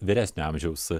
vyresnio amžiaus